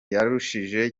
yarushije